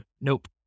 nope